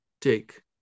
take